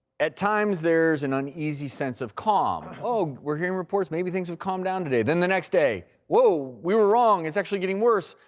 at times, there's an uneasy sense of calm. oh we're getting reports, maybe things have calmed down today. then the next day, whoa we were wrong. it's actually getting worse.